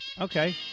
Okay